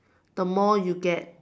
the more you get